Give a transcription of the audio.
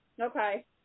Okay